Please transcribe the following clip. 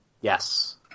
Yes